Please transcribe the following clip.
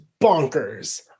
bonkers